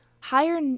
Higher